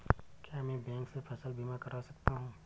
क्या मैं बैंक से फसल बीमा करा सकता हूँ?